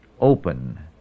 open